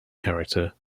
character